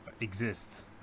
exists